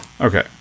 Okay